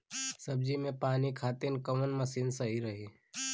सब्जी में पानी खातिन कवन मशीन सही रही?